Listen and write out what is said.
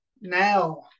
now